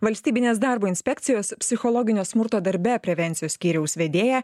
valstybinės darbo inspekcijos psichologinio smurto darbe prevencijos skyriaus vedėją